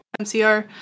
MCR